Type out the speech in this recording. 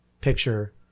picture